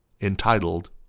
entitled